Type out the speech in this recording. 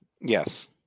Yes